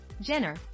Jenner